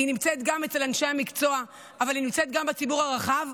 היא נמצאת גם אצל אנשי המקצוע אבל היא נמצאת גם בציבור הרחב,